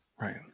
Right